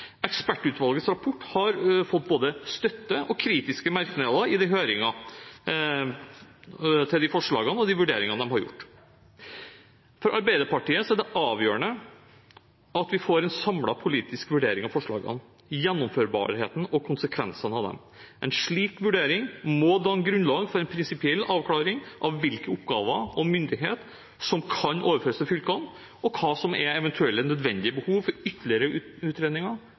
Ekspertutvalgets rapport har fått både støtte og kritiske merknader i høringene til de forslagene og vurderingene de har gjort. For Arbeiderpartiet er det avgjørende at vi får en samlet politisk vurdering av forslagene, gjennomførbarheten og konsekvensene av dem. En slik vurdering må danne grunnlag for en prinsipiell avklaring av hvilke oppgaver og myndighet som kan overføres til fylkene, og hva som er eventuelle nødvendige behov for ytterligere utredninger,